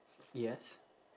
yes